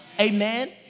Amen